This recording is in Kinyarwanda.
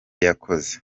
yakoze